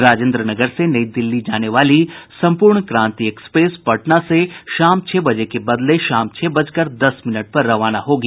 राजेन्द्रनगर से नई दिल्ली जाने वाले सम्पूर्ण क्रांति एक्सप्रेस पटना से शाम छह बजे के बदले शाम छह बजकर दस मिनट पर रवाना होगी